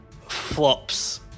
flops